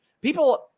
people